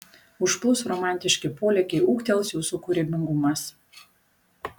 užplūs romantiški polėkiai ūgtels jūsų kūrybingumas